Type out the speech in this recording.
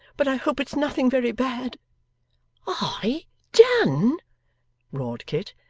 but i hope it's nothing very bad i done roared kit.